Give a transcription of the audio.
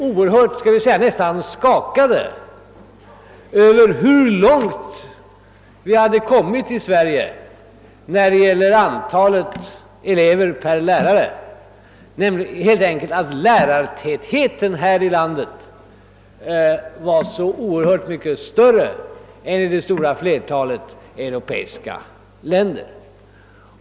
Och de var nära nog skakade över hur långt vi här i Sverige har kommit när det gäller antalet elever per lärare, att lärartätheten med andra ord är så oerhört mycket större i vårt land än i det stora flertalet europeiska länder...